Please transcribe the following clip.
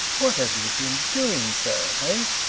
what have you been doing, sir, hey?